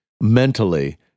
mentally